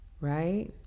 right